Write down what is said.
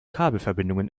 kabelverbindungen